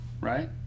right